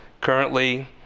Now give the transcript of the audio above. Currently